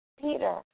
Peter